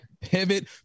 Pivot